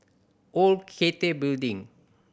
Old Cathay Building